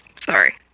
Sorry